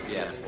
Yes